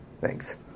Thanks